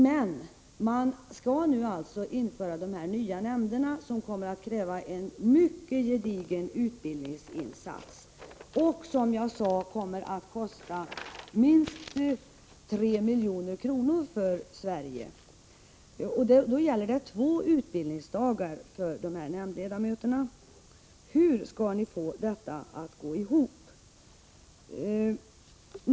Men man skall nu alltså införa de nya nämnderna, som kommer att kräva en mycket gedigen utbildningsinsats vilken, som jag sade, kommer att kosta minst 3 milj.kr. för hela Sverige. Då gäller det två utbildningsdagar för nämndledamöterna. Hur skall ni få detta att gå ihop?